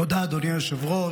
תודה, אדוני היושב-ראש.